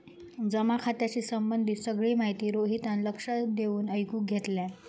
जमा खात्याशी संबंधित सगळी माहिती रोहितान लक्ष देऊन ऐकुन घेतल्यान